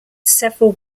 several